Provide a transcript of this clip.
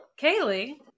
Kaylee